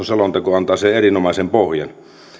selonteko antaa sille erinomaisen pohjan